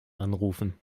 anrufen